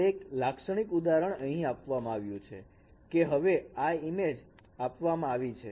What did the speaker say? તો એક લાક્ષણિક ઉદાહરણ અહીં આપવામાં આવ્યું છે કે હવે આ ઈમેજ આપવામાં આવી છે